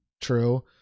true